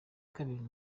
kabiri